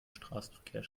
straßenverkehr